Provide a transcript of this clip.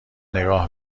نگاه